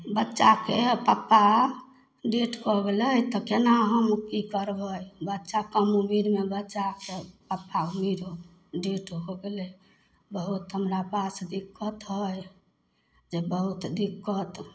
बच्चाके पप्पा डेथ कऽ गेलै तऽ केना हम ओ की करबै बच्चा कम उमिरमे बच्चाके पप्पा नहि रहलै डेथ हो गेलै बहुत हमरा साथ दिक्कत हइ से बहुत दिक्कत